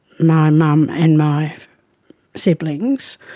my mum and my siblings.